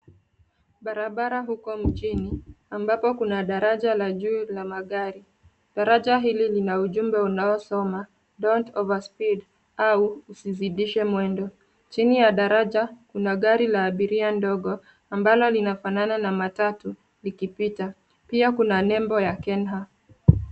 Barabara huko mjini ambapo kuna daraja la juu la magari. Daraja hili lina ujumbe unaosoma "don't overspeed" au usizidishe mwendo. Chini ya daraja, kuna gari la abiria ndogo ambalo linafanana na matatu likipita, pia kuna nembo ya KeNHA .